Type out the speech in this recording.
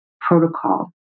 protocol